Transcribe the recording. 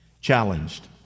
challenged